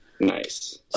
Nice